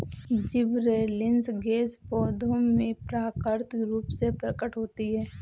gibberellins gas पौधों में प्राकृतिक रूप से प्रकट होती है